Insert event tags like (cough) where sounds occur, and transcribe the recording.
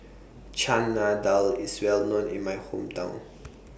Chana Dal IS Well known in My Hometown (noise)